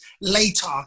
later